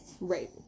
right